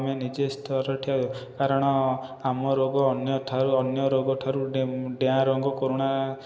ଆମେ ନିଜେ ସ୍ତରରେ କାରଣ ଆମ ରୋଗ ଅନ୍ୟଠାରୁ ଅନ୍ୟରୋଗଠାରୁ ଡିଆଁ ରୋଗ କରୋନା